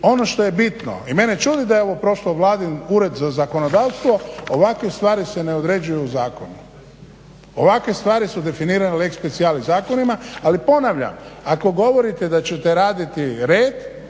ono što je bitno i mene čudi da je ovo prošlo vladin ured za zakonodavstvo. Ovakve stvari se ne uređuju zakoni. Ovakve stvari su definirani lex specialis zakonima ali ponavljam ako govorite da ćete raditi red